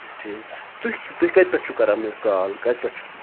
ٹھیٖک تُہۍ تُہۍ کَتہِ پٮ۪ٹھ چھُو کَران مےٚ کال کَتہِ پٮ۪ٹھ چھُ